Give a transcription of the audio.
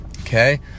Okay